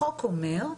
החוק אומר,